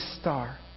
star